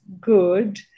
good